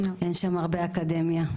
אין שם הרבה אקדמיה,